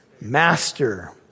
master